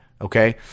Okay